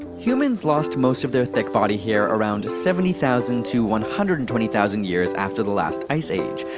humans lost most of their thick body hair around seventy thousand to one hundred and twenty thousand years after the last ice age,